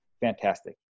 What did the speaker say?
fantastic